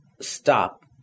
stop